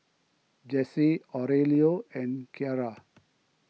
Jessy Aurelio and Keara